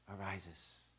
arises